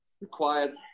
required